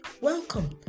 Welcome